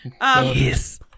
Yes